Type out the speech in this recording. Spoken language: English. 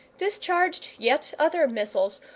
discharged yet other missiles,